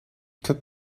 could